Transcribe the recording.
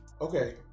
okay